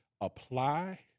apply